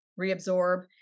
reabsorb